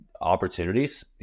opportunities